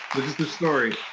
the story.